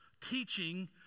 teaching